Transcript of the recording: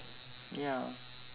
ya